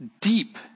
deep